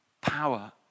power